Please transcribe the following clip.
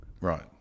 Right